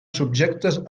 subjectes